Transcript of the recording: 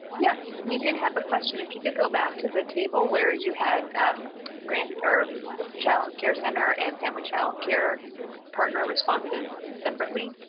yes, we did have a question. if you could go back to the table where you had um grant or child care center and family child care partner responses separately.